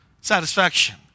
Satisfaction